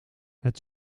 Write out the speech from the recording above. het